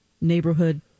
neighborhood